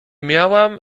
miałam